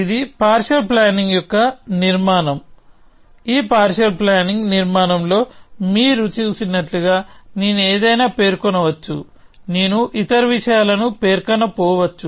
ఇది partial planning యొక్క నిర్మాణం ఈ పార్షియల్ ప్లానింగ్ నిర్మాణంలో మీరు చూసినట్లుగా నేను ఏదైనా పేర్కొనవచ్చు నేను ఇతర విషయాలను పేర్కొనకపోవచ్చు